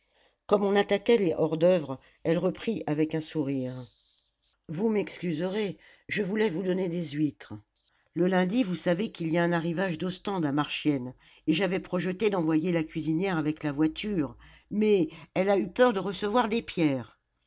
comme on attaquait les hors-d'oeuvre elle reprit avec un sourire vous m'excuserez je voulais vous donner des huîtres le lundi vous savez qu'il y a un arrivage d'ostendes à marchiennes et j'avais projeté d'envoyer la cuisinière avec la voiture mais elle a eu peur de recevoir des pierres